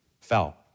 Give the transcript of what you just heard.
fell